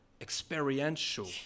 experiential